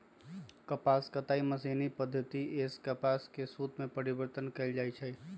कपास कताई मशीनी पद्धति सेए कपास के सुत में परिवर्तन कएल जाइ छइ